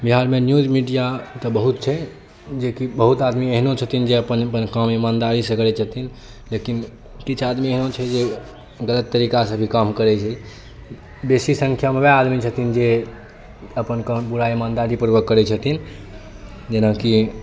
बिहार मे news media तऽ बहुत छै जे की बहुत आदमी एहनो छथिन जे अपन अपन काम ईमानदारी सॅं करै छथिन लेकिन किछु आदमी एहनो छै जे गलत तरीका सऽ भी काम करै छै बेसी संख्या मे वा आदमी छथिन जे अपन काम पूरा ईमानदारी पूर्वक करै छथिन जेनाकी